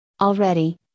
Already